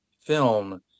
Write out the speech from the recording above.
film